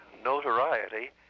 notoriety